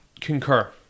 concur